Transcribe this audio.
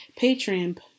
patreon